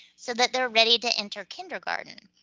so that they're ready to enter kindergarten.